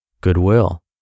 Goodwill